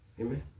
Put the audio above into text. Amen